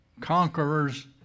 conquerors